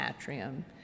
atrium